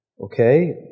Okay